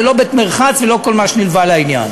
וזה לא בית-מרחץ ולא כל מה שנלווה לעניין.